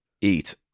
Eat